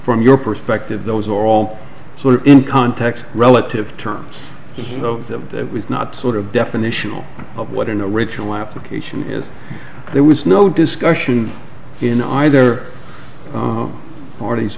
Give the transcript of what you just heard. from your perspective those are all sort of in context relative terms so that was not sort of definitional of what an original application is there was no discussion in either part